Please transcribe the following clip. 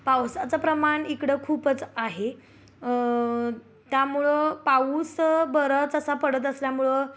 पावसाचं प्रमाण इकडं खूपच आहे त्यामुळं पाऊस बरंच असा पडत असल्यामुळं